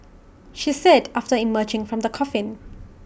she said after emerging from the coffin